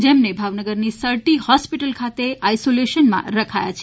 જેમને ભાવનગરની sir T hospital ખાતે આઇસોલેશનમાં રખાયા છે